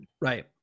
Right